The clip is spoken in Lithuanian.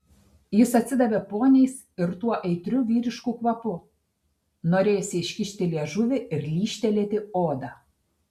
jis atsidavė poniais ir tuo aitriu vyrišku kvapu norėjosi iškišti liežuvį ir lyžtelėti odą